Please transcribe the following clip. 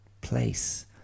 place